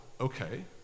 okay